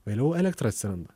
vėliau elektra atsiranda